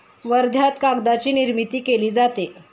वर्ध्यात कागदाची निर्मिती केली जाते